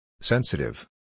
Sensitive